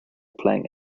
playing